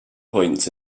points